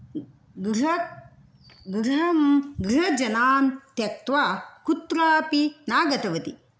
गृहात् गृहं गृहजानान् त्यक्त्वा कुत्रापि न गतवती